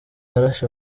yarashe